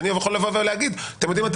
והוא יכול להגיד: אתם יודעים מה,